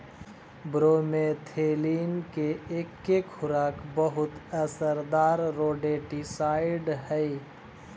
bromethalin के एके खुराक बहुत असरदार रोडेंटिसाइड हई